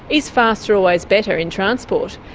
is faster always better in transport?